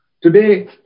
Today